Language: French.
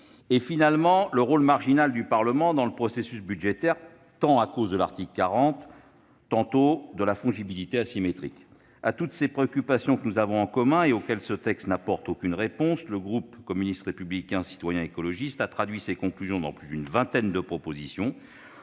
tous le rôle marginal du Parlement dans le processus budgétaire, à cause tantôt de l'article 40 de la Constitution, tantôt de la fongibilité asymétrique. Face à toutes ces préoccupations que nous avons en commun et auxquelles ce texte n'apporte aucune réponse, le groupe communiste républicain citoyen et écologiste a transcrit ses conclusions dans plus d'une vingtaine de propositions.